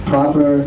Proper